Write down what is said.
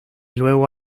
luego